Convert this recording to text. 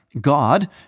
God